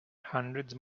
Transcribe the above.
hundreds